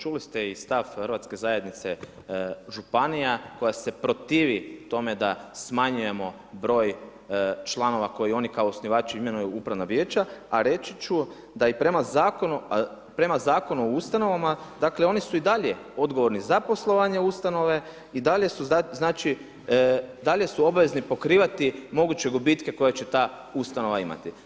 Čuli ste i stav hrvatske zajednice županija koja se protivi tome da smanjujemo broj članova koje oni kao osnivači imenuju u upravna vijeća, a reći ću da i prema Zakonu o ustanovama dakle oni su i dalje odgovorni za poslovanje ustanove i dalje su znači dalje su obvezni pokrivati moguće gubitke koje će ta ustanova imati.